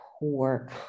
work